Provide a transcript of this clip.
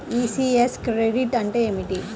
ECS credit అంటే ఏమిటి?